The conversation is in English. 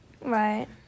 right